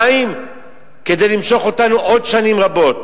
ביניים, כדי למשוך אותנו עוד שנים רבות.